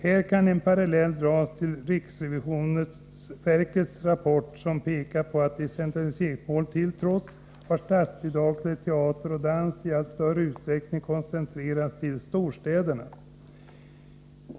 Här kan en parallell dras till riksrevisionsverkets rapport, som pekar på att statsbidragen till teater och dans, decentraliseringsmålet till trots, i allt större utsträckning har koncentrerats till storstäderna.